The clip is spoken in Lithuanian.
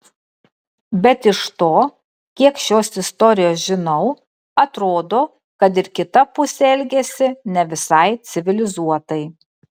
bet iš to kiek šios istorijos žinau atrodo kad ir kita pusė elgėsi ne visai civilizuotai